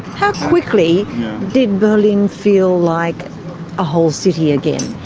how quickly did berlin feel like a whole city again?